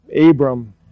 Abram